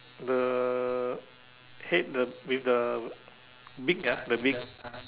the head the with the beak ah the beak